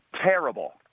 terrible